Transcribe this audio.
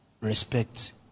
respect